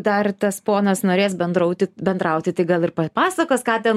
dar tas ponas norės bendrauti bendrauti tik gal ir papasakos ką ten